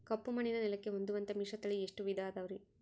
ಕಪ್ಪುಮಣ್ಣಿನ ನೆಲಕ್ಕೆ ಹೊಂದುವಂಥ ಮಿಶ್ರತಳಿ ಎಷ್ಟು ವಿಧ ಅದವರಿ?